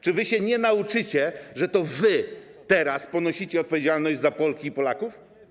Czy wy się nie nauczycie, że to wy teraz ponosicie odpowiedzialność za Polki i Polaków?